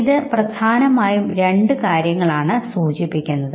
ഇത് പ്രധാനമായും രണ്ടു കാര്യങ്ങളാണ് സൂചിപ്പിക്കുന്നത്